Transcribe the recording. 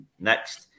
next